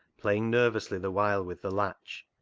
playing nervously the while with the latch.